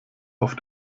auf